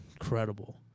incredible